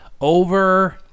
over